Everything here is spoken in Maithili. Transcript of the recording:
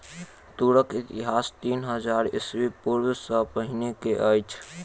तूरक इतिहास तीन हजार ईस्वी पूर्व सॅ पहिने के अछि